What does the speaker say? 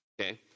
Okay